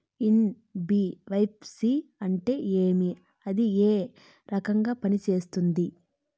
NBFC అంటే ఏమి అది ఏ రకంగా పనిసేస్తుంది